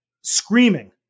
screaming